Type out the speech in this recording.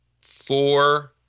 Four